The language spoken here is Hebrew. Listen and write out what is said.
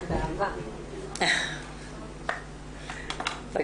עם